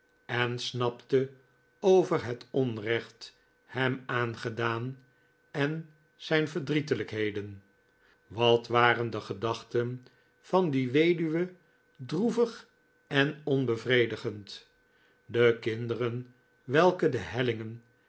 en snapte over het onrecht hem aangedaan en zijn verdrietelijkheden wat waren de gedachten van die weduwe droevig en onbevredigend de kinderen welke de hellingen